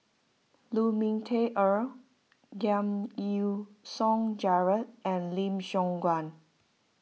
Lu Ming Teh Earl Giam Yean Song Gerald and Lim Siong Guan